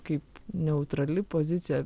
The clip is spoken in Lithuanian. kaip neutrali pozicija